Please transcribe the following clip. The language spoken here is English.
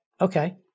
Okay